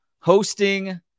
hosting